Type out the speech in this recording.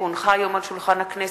כי הונחה היום על שולחן הכנסת,